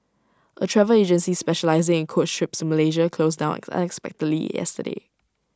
A travel agency specialising in coach trips Malaysia closed down unexpectedly yesterday